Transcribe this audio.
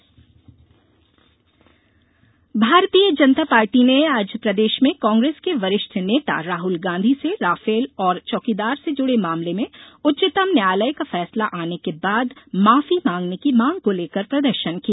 भाजपा प्रदर्शन भारतीय जनता पार्टी ने आज प्रदेश में कांग्रेस के वरिष्ठ नेता राहल गांधी से राफेल और चौकीदार से जुड़े मामले में उच्चतम न्यायालय का फैसला आने के बाद माफी मांगने की मांग को लेकर प्रदर्शन किया